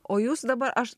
o jūs dabar aš